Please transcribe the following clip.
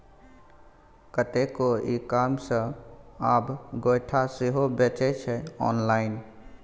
कतेको e commerce आब गोयठा सेहो बेचै छै आँनलाइन